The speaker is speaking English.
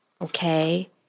okay